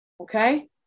Okay